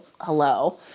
Hello